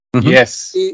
Yes